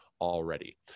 already